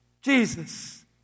Jesus